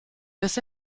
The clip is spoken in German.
bis